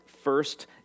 first